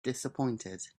disappointed